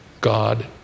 God